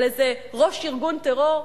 על איזה ראש ארגון טרור.